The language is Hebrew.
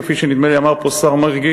כפי שנדמה לי שאמר פה השר מרגי,